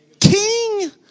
king